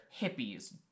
hippies